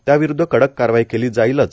त्याविरुद्ध कडक कारवाई केली जाईलच